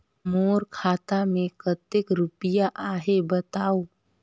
मोर खाता मे कतेक रुपिया आहे बताव?